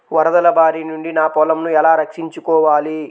వరదల భారి నుండి నా పొలంను ఎలా రక్షించుకోవాలి?